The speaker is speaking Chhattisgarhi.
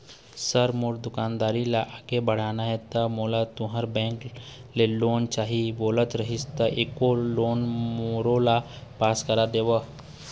सर मोर दुकानदारी ला आगे बढ़ाना हे ता मोला तुंहर बैंक लोन चाही बोले रीहिस ता एको लोन मोरोला पास कर देतव?